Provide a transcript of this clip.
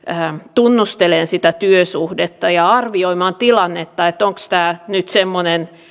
tunnustelemaan sitä työsuhdetta ja arvioimaan tilannetta onko tämä nyt semmoinen